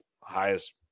highest